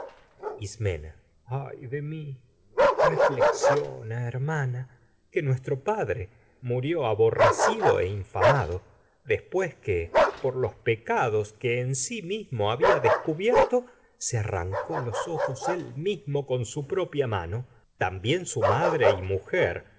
ismena ay nuestro de mi reflexiona hermana que padre murió aborrecido e infamado después que por se los pecados que en si mismo había descubierto los arrancó ojos él mismo con su propia mano y tam bién su madre